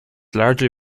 largely